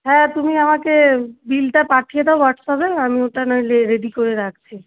হ্যাঁ তুমি আমাকে বিলটা পাঠিয়ে দাও হোয়াটস্যাপে আমি ওটা নয় লে রেডি করে রাখছি